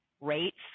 rates